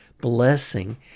blessing